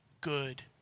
good